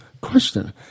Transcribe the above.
question